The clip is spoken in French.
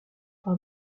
par